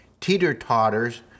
teeter-totters